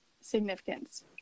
significance